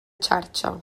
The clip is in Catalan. xarxa